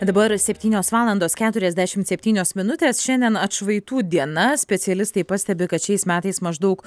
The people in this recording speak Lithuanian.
dabar septynios valandos keturiasdešimt septynios minutės šiandien atšvaitų diena specialistai pastebi kad šiais metais maždaug